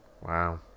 Wow